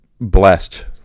blessed